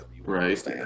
Right